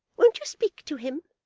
won't you speak to him?